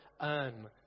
earn